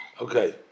Okay